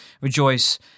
rejoice